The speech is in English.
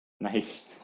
Nice